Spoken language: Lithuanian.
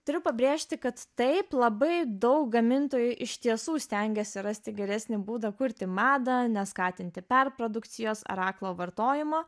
turiu pabrėžti kad taip labai daug gamintojų iš tiesų stengiasi rasti geresnį būdą kurti madą neskatinti perprodukcijos ar aklo vartojimo